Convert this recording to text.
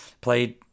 played